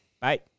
Bye